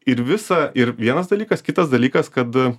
ir visą ir vienas dalykas kitas dalykas kad